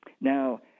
Now